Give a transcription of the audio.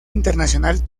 internacional